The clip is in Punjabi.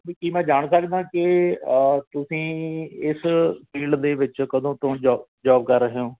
ਵੀ ਕੀ ਮੈਂ ਜਾਣ ਸਕਦਾ ਕਿ ਤੁਸੀਂ ਇਸ ਫੀਲਡ ਦੇ ਵਿੱਚ ਕਦੋਂ ਤੋਂ ਜੋ ਜੋਬ ਕਰ ਰਹੇ ਹੋ